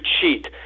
cheat